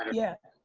yeah.